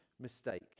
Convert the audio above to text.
mistake